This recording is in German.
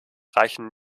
reichen